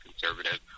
conservative